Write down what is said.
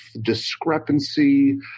discrepancy